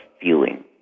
feeling